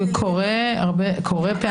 זה קורה לא פעם.